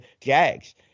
Jags